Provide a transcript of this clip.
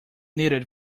needed